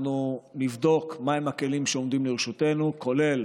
אנחנו נבדוק מהם הכלים שעומדים לרשותנו, כולל